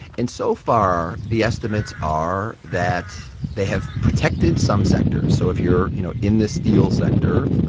and so far, the estimates are that they have protected some sectors. so if you're, you know, in the steel sector,